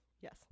Yes